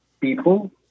people